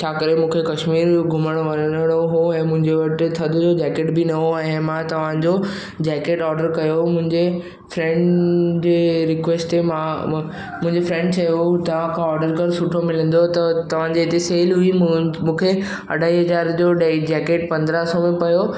छा करे मूंखे कश्मीर घुमण वञिणो हुओ ऐं मुंहिंजे वटि थधि जो जेकेट बि न हुओ ऐं मां तव्हांजो जेकेट ऑडर कयो मुंहिंजे फ्रेंड जी रिक्वेस्ट ते मां मुंहिंजे फ्रेंड चयो हुओ तव्हांखां ऑडर कर सुठो मिलंदो त तव्हांजे हुते सेल हुई मु मूंखे अढाई हज़ार जो ॾेई जेकेट पंद्रहं सौ में पियो